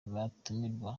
n’abatumirwa